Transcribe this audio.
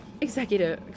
Executive